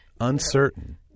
uncertain